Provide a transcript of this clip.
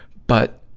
but,